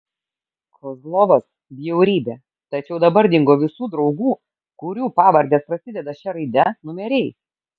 kozlovas bjaurybė tačiau dabar dingo visų draugų kurių pavardės prasideda šia raide numeriai